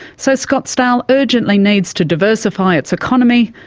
so scottsdale urgently needs to diversify its economy,